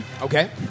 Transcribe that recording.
Okay